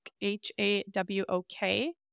H-A-W-O-K